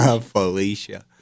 Felicia